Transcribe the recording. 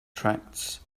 tracts